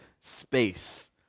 space